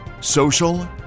social